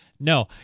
No